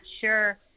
sure